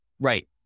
Right